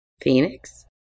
phoenix